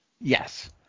Yes